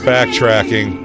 Backtracking